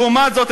לעומת זאת,